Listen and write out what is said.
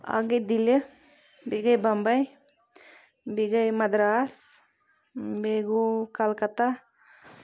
اکھ گے دِلی بیٚیہِ گے بَمبَے بیٚیہِ گے مَدراس بیٚیہِ گوٚو کَلکَتا